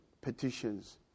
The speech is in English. petitions